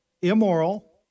immoral